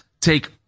take